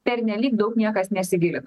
pernelyg daug niekas nesigilina